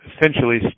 essentially